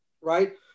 right